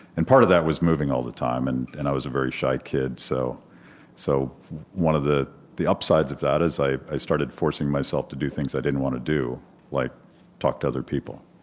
and part of that was moving all the time, and and i was a very shy kid. so so one of the the upsides of that is i i started forcing myself to do things i didn't want to do like talk to other people